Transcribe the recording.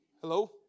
Hello